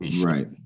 Right